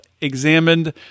examined